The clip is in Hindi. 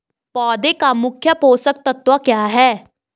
पौधें का मुख्य पोषक तत्व क्या है?